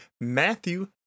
Matthew